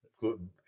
gluten